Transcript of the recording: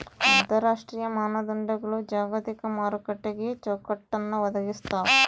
ಅಂತರರಾಷ್ಟ್ರೀಯ ಮಾನದಂಡಗಳು ಜಾಗತಿಕ ಮಾರುಕಟ್ಟೆಗೆ ಚೌಕಟ್ಟನ್ನ ಒದಗಿಸ್ತಾವ